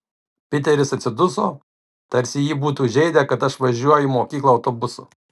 piteris atsiduso tarsi jį būtų žeidę kad aš važiuoju į mokyklą autobusu